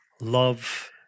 love